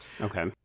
Okay